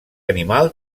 animal